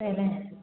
അതെ